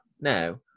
now